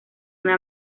una